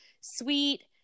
sweet